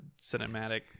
cinematic